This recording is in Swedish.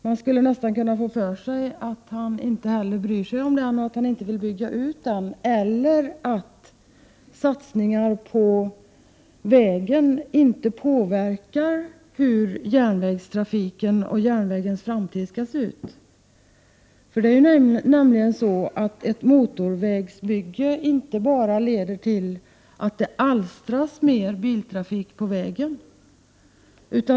Man skulle nästan kunna få för sig att han inte heller bryr sig om den, att han inte vill bygga ut den eller att satsningar på vägen inte påverkar hur järnvägstrafiken och järnvägens framtid skall se ut. Ett motorvägsbygge leder inte bara till att det alstras mer biltrafik på vägen.